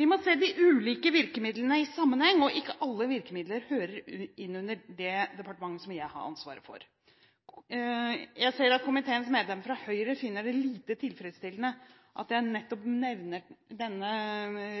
Vi må se de ulike virkemidlene i sammenheng, og ikke alle virkemidler hører inn under det departementet som jeg har ansvaret for. Jeg ser at komiteens medlemmer fra Høyre finner det lite tilfredsstillende at jeg nevner den